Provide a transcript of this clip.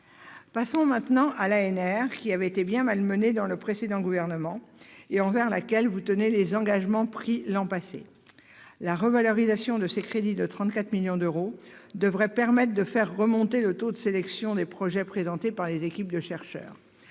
Passons, maintenant, à l'ANR, qui avait été bien malmenée dans le précédent gouvernement et envers laquelle vous tenez des engagements pris l'an passé. La revalorisation de ses crédits de 34 millions d'euros devrait permettre de faire remonter le taux de sélection des projets présentés par les équipes de chercheurs.